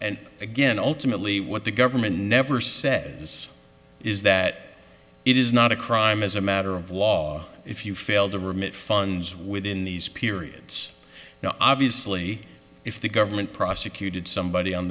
and again ultimately what the government never says is that it is not a crime as a matter of law if you fail to remit funds within these periods now obviously if the government prosecuted somebody on